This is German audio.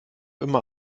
immer